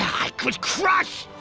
i could crush